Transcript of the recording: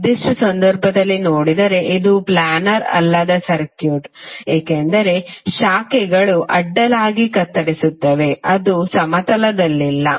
ಈ ನಿರ್ದಿಷ್ಟ ಸಂದರ್ಭದಲ್ಲಿ ನೋಡಿದರೆ ಇದು ಪ್ಲ್ಯಾನರ್ ಅಲ್ಲದ ಸರ್ಕ್ಯೂಟ್ ಏಕೆಂದರೆ ಶಾಖೆಗಳು ಅಡ್ಡಲಾಗಿ ಕತ್ತರಿಸುತ್ತಿವೆ ಮತ್ತು ಅದು ಸಮತಲದಲ್ಲಿಲ್ಲ